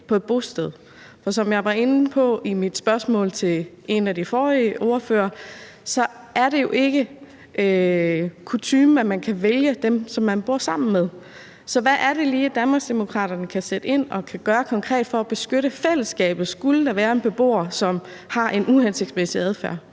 på et bosted. For som jeg var inde på i mit spørgsmål til en af de forrige ordførere, er det jo ikke kutyme, at man kan vælge dem, som man bor sammen med. Så hvad er det lige, Danmarksdemokraterne vil sætte ind med og kan gøre konkret for at beskytte fællesskabet, hvis der skulle være en beboer, som har en uhensigtsmæssig adfærd?